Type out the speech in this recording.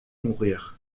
nourrir